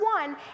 one